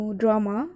drama